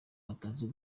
batazi